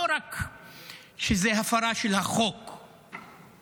לא רק שזאת הפרה של החוק בישראל,